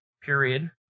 period